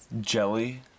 Jelly